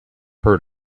heard